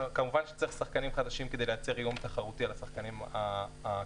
כמובן שצריך שחקנים חדשים כדי לייצר איום תחרותי על השחקנים הקיימים.